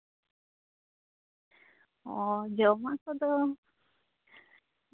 ᱚ ᱡᱚᱢᱟᱜ ᱠᱚᱫᱚ